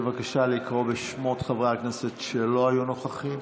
בבקשה לקרוא בשמות חברי הכנסת שלא היו נוכחים.